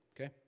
Okay